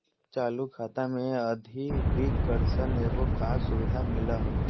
चालू खाता मे अधिविकर्षण एगो खास सुविधा मिलो हय